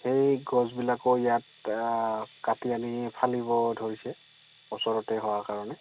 সেই গছবিলাকো ইয়াত কাটি আনি ফালিব ধৰিছে ওচৰতে হোৱাৰ কাৰণে